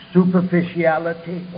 Superficiality